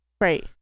Right